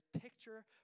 picture